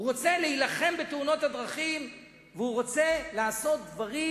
הוא רוצה להילחם בתאונות הדרכים והוא רוצה לעשות דברים